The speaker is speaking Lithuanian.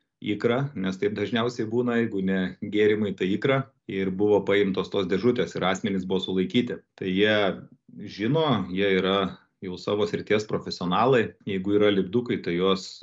ikrą nes taip dažniausiai būna jeigu ne gėrimai tai ikra ir buvo paimtos tos dėžutės ir asmenys buvo sulaikyti tai jie žino jie yra jau savo srities profesionalai jeigu yra lipdukai tai juos